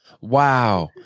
Wow